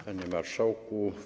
Panie Marszałku!